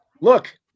look